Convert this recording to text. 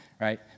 right